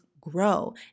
grow